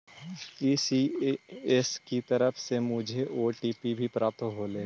ECS की तरफ से मुझे ओ.टी.पी भी प्राप्त होलई हे